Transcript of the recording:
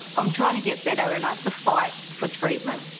i'm trying to get better and i have to fight for treatment,